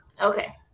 Okay